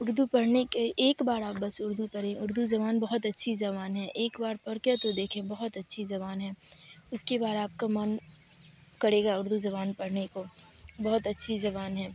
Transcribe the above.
اردو پڑھنے کے ایک باڑ آپ بس اردو پڑھیں اردو زبان بہت اچھی زبان ہے ایک بار پڑھ کے تو دیکھیں بہت اچھی زبان ہے اس کی بار آپ کا من کرے گا اردو زبان پڑھنے کو بہت اچھی زبان ہے